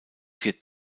vier